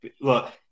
Look